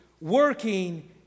working